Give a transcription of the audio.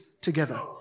together